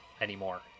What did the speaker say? anymore